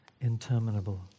interminable